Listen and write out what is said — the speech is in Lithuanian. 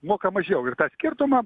moka mažiau ir tą skirtumą